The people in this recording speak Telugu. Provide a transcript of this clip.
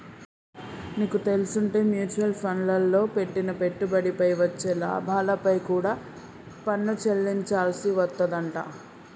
నీకు తెల్సుంటే మ్యూచవల్ ఫండ్లల్లో పెట్టిన పెట్టుబడిపై వచ్చే లాభాలపై కూడా పన్ను చెల్లించాల్సి వత్తదంట